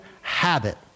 habit